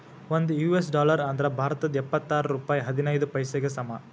ಒಂದ್ US dollar ಅಂದ್ರ ಭಾರತದ್ ಎಪ್ಪತ್ತಾರ ರೂಪಾಯ್ ಹದಿನೈದ್ ಪೈಸೆಗೆ ಸಮ